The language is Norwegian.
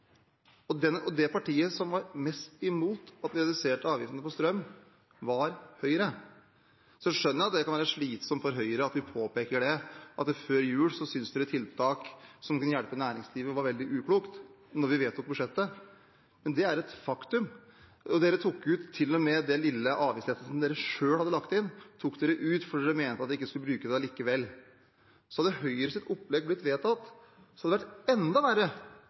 var Høyre. Så jeg skjønner at det kan være slitsomt for Høyre at vi påpeker at de før jul, da vi vedtok budsjettet, syntes at tiltak som kunne hjelpe næringslivet, var veldig ukloke. Men det er et faktum. Høyre tok til og med ut den lille avgiftslettelsen de selv hadde lagt inn, fordi de mente at man ikke skulle bruke det likevel. Så hadde Høyres opplegg blitt vedtatt, hadde det vært enda verre